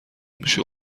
میشه